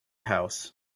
house